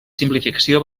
simplificació